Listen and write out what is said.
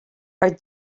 are